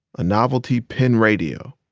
a novelty pen radio.